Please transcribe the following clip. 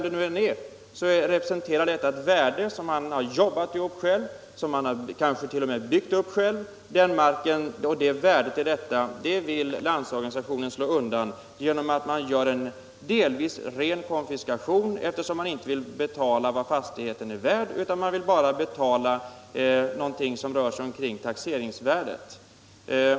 De har kanske t.o.m. byggt sitt hus själva. Värdet i den marken vill Landsorganisationen dra in genom något som delvis är en ren konfiskation. Man vill nämligen inte att samhället skall betala vad fastigheten är värd utan bara en ersättning som ungefär motsvarar taxeringsvärdet.